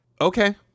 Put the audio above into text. Okay